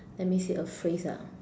let me see a phrase ah